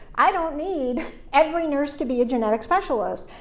i don't need every nurse to be a genetic specialist.